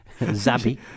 Zabby